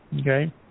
Okay